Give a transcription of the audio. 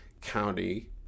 county